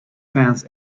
fans